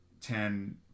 Ten